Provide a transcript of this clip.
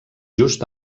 just